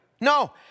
No